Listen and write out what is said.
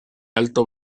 alto